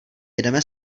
jedeme